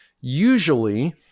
usually